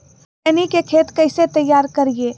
खैनी के खेत कइसे तैयार करिए?